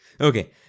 Okay